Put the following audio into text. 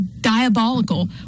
diabolical